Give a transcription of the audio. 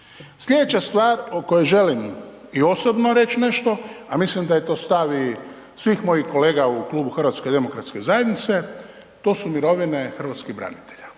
Sljedeća stvar o kojoj želim i osobno reći nešto a mislim da je to stav i svih mojih kolega u klubu HDZ-a, to su mirovine hrvatskih branitelja